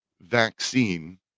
vaccine